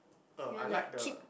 er I like the